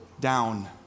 down